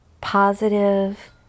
positive